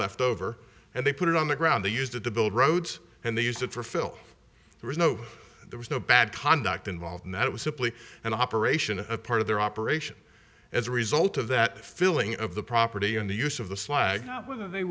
left over and they put it on the ground they used it to build roads and they used it for phil there was no there was no bad conduct involved in that it was simply an operation a part of their operation as a result of that filling of the property and the use of the slag not whether they